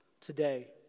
today